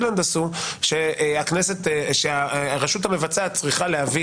כפי שעשתה ניו זילנד לפיו הרשות המבצעת צריכה להביא